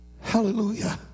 Hallelujah